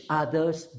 other's